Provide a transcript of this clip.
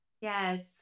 Yes